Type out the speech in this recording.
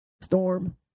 Storm